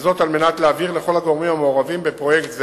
על מנת להבהיר לכל הגורמים המעורבים בפרויקט זה,